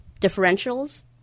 differentials